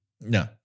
No